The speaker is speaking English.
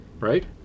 Right